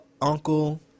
uncle